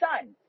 son